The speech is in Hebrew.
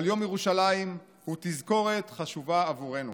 אבל יום ירושלים הוא תזכורת חשובה עבורנו,